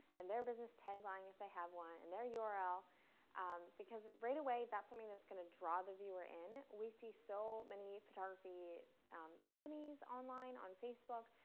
and their business tag line if they have one, and their yeah url, because right away that's something i mean that's gonna draw the viewer in. we see so many photography companies online, on facebook.